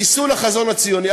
לחיסול החזון הציוני,